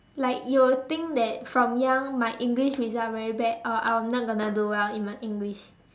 like you will think that from young my English is not very bad or I am not going to do well in my English